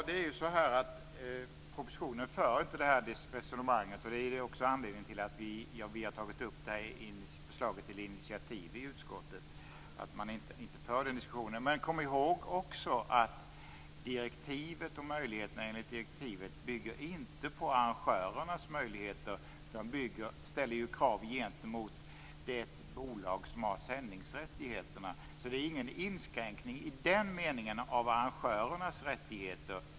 Fru talman! Det här resonemanget förs inte i propositionen, och det är anledningen till att vi har tagit upp förslaget till initiativ i utskottet. Men kom också ihåg att direktivet och möjligheterna enligt direktivet inte bygger på arrangörernas möjligheter utan ställer krav gentemot det bolag som har sändningsrättigheterna. Det är ingen inskränkning i den meningen av arrangörernas rättigheter.